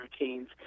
routines